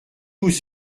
vous